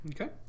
Okay